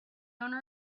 owner